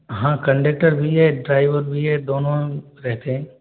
हाँ कन्डेक्टर भी है ड्राइवर भी है दोनों रहते हैं